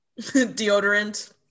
deodorant